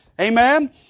Amen